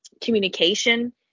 communication